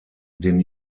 den